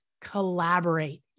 collaborate